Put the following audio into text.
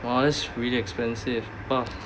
!wah! that's really expensive !wah!